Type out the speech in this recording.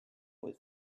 with